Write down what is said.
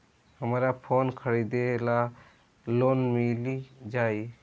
हमरा फोन खरीदे ला लोन मिल जायी?